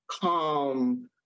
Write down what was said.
calm